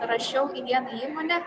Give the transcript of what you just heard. rašiau į vieną įmonę